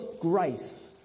grace